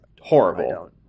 horrible